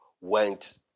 went